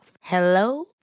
Hello